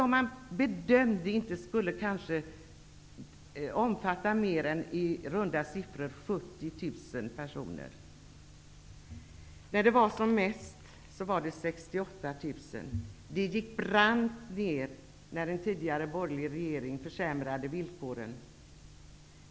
Man bedömde att den inte skulle kunna omfatta mer än ca 40 000 personer; som mest var det 68 000. Antalet gick brant ned när en tidigare borgerlig regering försämrade villkoren.